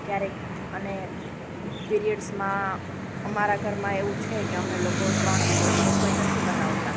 ક્યારેક અને પીરિયડ્સમાં અમારા ઘરમાં એવું છે કે અમે લોકો ત્રણ દિવસ રસોઈ નથી બનાવતા